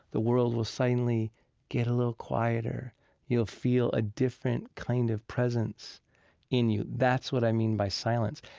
the world will suddenly get a little quieter you'll feel a different kind of presence in you. that's what i mean by silence.